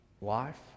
life